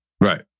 Right